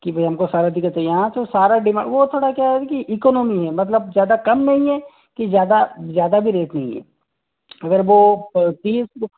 कि भाई हम को सारथी का चाहिए यहाँ तो सारा डिमा वो थोड़ा क्या है कि इकोनॉमी है मतलब ज़्यादा कम नहीं है कि ज़्यादा ज़्यादा भी रेट नहीं है अगर वो प तीस